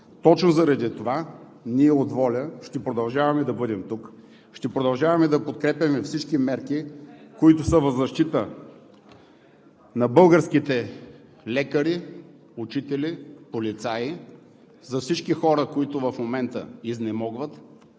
Точно заради това ние от ВОЛЯ ще продължаваме да бъдем тук, ще продължаваме да подкрепяме всички мерки, които са в защита на българските лекари, учители, полицаи, за всички хора, които в момента изнемогват,